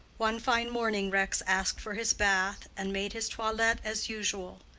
one fine morning rex asked for his bath, and made his toilet as usual.